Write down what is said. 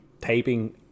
taping